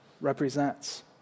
represents